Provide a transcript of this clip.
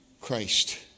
Christ